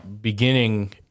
Beginning